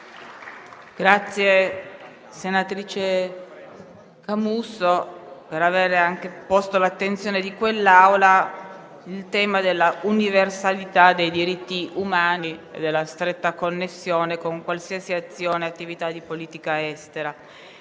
ringrazio, senatrice Camusso, per aver posto all'attenzione di questa Assemblea il tema dell'universalità dei diritti umani e della stretta connessione con qualsiasi azione e attività di politica estera.